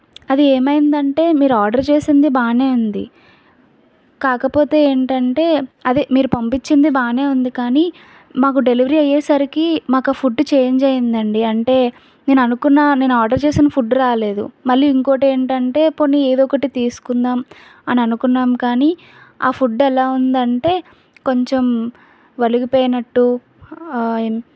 అది ఏమైంది అంటే మీరు ఆర్డర్ చేసింది బాగా ఉంది కాకపోతే ఏంటంటే అది మీరు పంపించింది బాగా ఉంది కానీ మాకు డెలివరీ అయ్యేసరికి మాకు ఆ ఫుడ్ చేంజ్ అయిందండి నేను అనుకున్న నేను ఆర్డర్ చేసిన ఫుడ్ రాలేదు మళ్ళీ ఇంకోటి ఏంటంటే పోని ఏదో ఒకటి తీసుకుందాం అని అనుకున్నాం కానీ ఆ ఫుడ్ ఎలా ఉందంటే కొంచెం ఒలికిపోయినట్టు ఐ